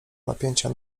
napięcia